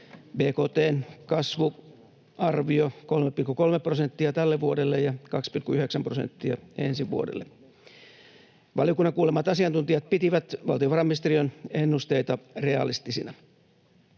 Bkt:n kasvuarvio: 3,3 prosenttia tälle vuodelle ja 2,9 prosenttia ensi vuodelle. Valiokunnan kuulemat asiantuntijat pitivät valtiovarainministeriön ennusteita realistisina.